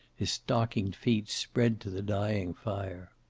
his stockinged feet spread to the dying fire.